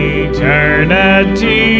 eternity